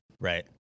Right